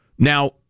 Now